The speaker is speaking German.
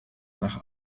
nach